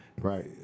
right